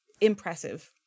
impressive